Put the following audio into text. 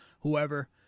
whoever